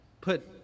put